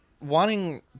wanting